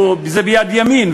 זה ביד ימין,